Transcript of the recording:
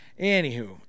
Anywho